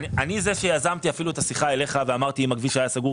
אני זה שיזם אפילו את השיחה אליך ואמרתי: אם הכביש היה סגור,